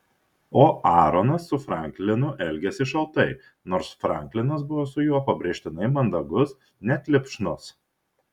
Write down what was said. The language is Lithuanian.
o aaronas su franklinu elgėsi šaltai nors franklinas buvo su juo pabrėžtinai mandagus net lipšnus